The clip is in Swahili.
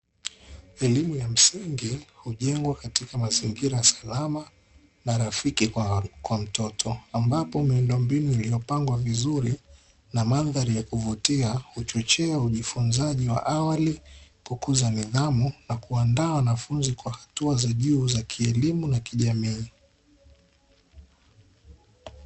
Elimu ya msingi hujengwa katika mazingira salama na rafiki kwa mtoto, ambapo miundombinu iliyopangwa vizuri na mandhari ya kuvutia huchochea: ujifunzaji wa awali, kukuza nidhamu na kuandaa wanafunzi kwa hatua za juu za kielimu na kijamii.